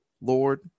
Lord